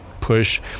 push